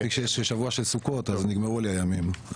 מספיק שיש שבוע של סוכות ונגמרו לי הימים.